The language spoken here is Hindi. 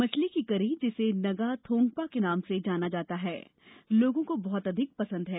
मछली की करी जिसे नगा थोंगबो के नाम से जाना जाता है लोगो को बहत अधिक पसंद हैं